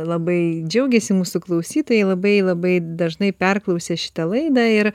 labai džiaugėsi mūsų klausytojai labai labai dažnai perklausė šitą laidą ir